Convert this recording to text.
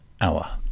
Hour